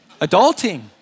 Adulting